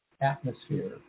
atmosphere